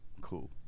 cool